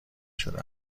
شده